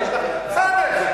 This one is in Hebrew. בסדר.